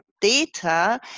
data